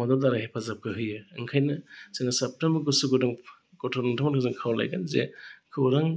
मदद आरो हेफाजाब होयो ओंखायनो जोङो साफ्रोमबो गोसो गुदुं गथ' नोंथांमोननो खावलायगोन जे खौरां